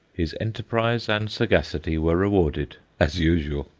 his enterprise and sagacity were rewarded, as usual.